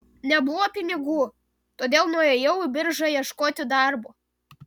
nebuvo pinigų todėl nuėjau į biržą ieškoti darbo